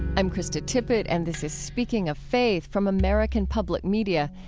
i'm krista tippett, and this is speaking of faith from american public media.